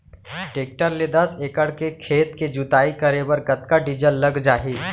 Tractor ले दस एकड़ खेत के जुताई करे बर कतका डीजल लग जाही?